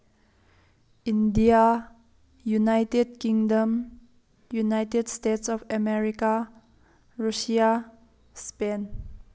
India United Kingdom United States of America Russia spend